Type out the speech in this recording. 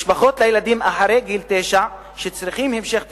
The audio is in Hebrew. משפחות לילדים אחרי גיל תשע שצריכים המשך טיפול,